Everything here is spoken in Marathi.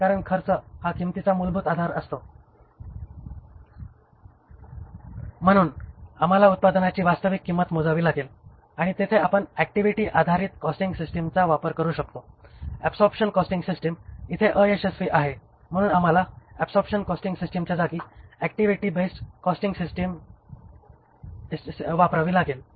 कारण खर्च हा किंमतीचा मूलभूत आधार असतो म्हणून आम्हाला उत्पादनाची वास्तविक किंमत मोजावी लागते आणि तेथे आपण ऍक्टिव्हिटी आधारित कॉस्टिंग सिस्टमचा वापर करू शकतो ऍबसॉरबशन कॉस्टिंग सिस्टिम इथे अयशस्वी आहे म्हणून आम्हाला ऍबसॉरबशन कॉस्टिंग सिस्टिमच्या जागी ऍक्टिव्हिटी बेस्ड कॉस्टिंग सिस्टिमन वापरावी लागेल